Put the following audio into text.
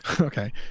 okay